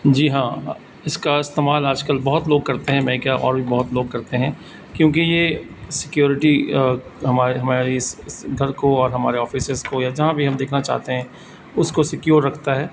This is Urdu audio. جی ہاں اس کا استعمال آج کل بہت لوگ کرتے ہیں میں کیا اور بھی بہت لوگ کرتے ہیں کیونکہ یہ سکیورٹی ہمارے ہماری گھر کو اور ہمارے آفیسز کو یا جہاں بھی ہم دیکھنا چاہتے ہیں اس کو سکیور رکھتا ہے